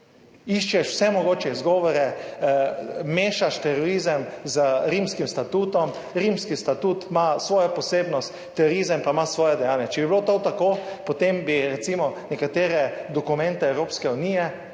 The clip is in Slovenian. iščeš vse mogoče izgovore, mešaš terorizem z Rimskim statutom. Rimski statut ima svojo posebnost, terorizem pa ima svoja dejanja. Če bi bilo to tako, potem bi recimo nekatere dokumente Evropske unije,